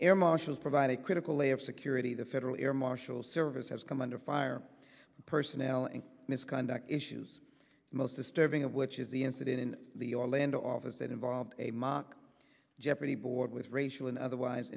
air marshals provide a critical layer of security the federal air marshals service has come under fire personnel and misconduct issues most disturbing of which is the incident in the orlando office that involved a mock jeopardy board with racial and otherwise